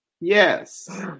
Yes